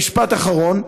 משפט אחרון,